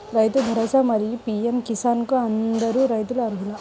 రైతు భరోసా, మరియు పీ.ఎం కిసాన్ కు అందరు రైతులు అర్హులా?